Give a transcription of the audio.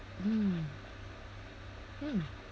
mm mm